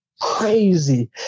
crazy